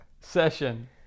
session